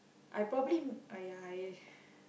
I probably !aiya! I